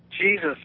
Jesus